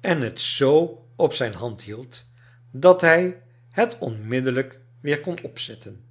dickens het zoo op zijn hand hield dat hij het onmiddellijk weer kon opzetten